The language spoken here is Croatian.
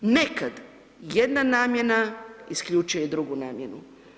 Nekad, jedna namjena isključuje i drugu namjenu.